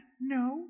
No